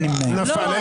נפל.